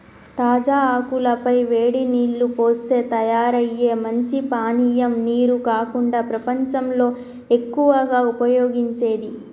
తాజా ఆకుల పై వేడి నీల్లు పోస్తే తయారయ్యే మంచి పానీయం నీరు కాకుండా ప్రపంచంలో ఎక్కువగా ఉపయోగించేది